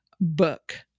Book